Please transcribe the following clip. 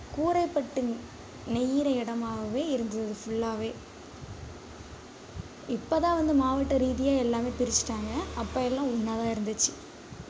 கூரைப்பட்டு நெய்கிற இடமாகவே இருந்தது ஃபுல்லாவே இப்போ தான் வந்து மாவட்ட ரீதியாக எல்லாமே பிரிச்சுட்டாங்க அப்போ எல்லாம் ஒன்னாக தான் இருந்துச்சு